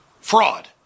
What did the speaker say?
fraud